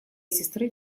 сестры